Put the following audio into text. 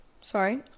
Sorry